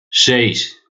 seis